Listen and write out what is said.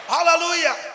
Hallelujah